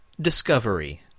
Discovery